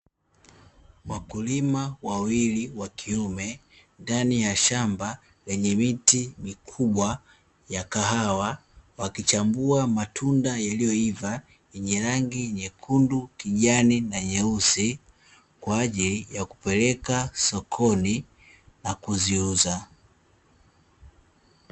Wakulima wawili wa kiume ndani ya shamba lenye miti mikubwa ya kahawa wakichambua matunda yaliyoiva yenye rangi nyekundu, kijani na nyeusi kwa ajili ya kupeleka sokoni na kuziuza.